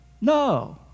no